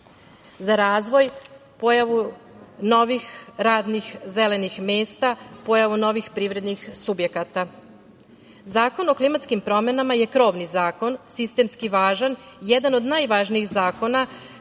za razvoj, pojavu novih radnih zelenih mesta, pojavu novih privrednih subjekata. Zakon o klimatskim promenama je krovni zakon, sistemski važan, jedan od najvažnijih zakona